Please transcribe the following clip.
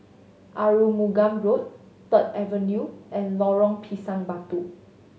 Arumugam Road Third Avenue and Lorong Pisang Batu